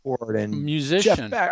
musician